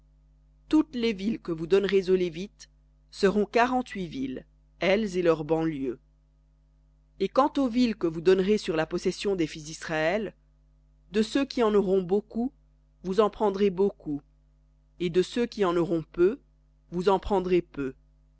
toutes les villes que vous donnerez aux lévites seront quarante-huit villes elles et leurs banlieues et quant aux villes que vous donnerez sur la possession des fils d'israël de ceux qui en auront beaucoup vous en prendrez beaucoup et de ceux qui en auront peu vous en prendrez peu